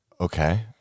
Okay